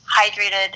hydrated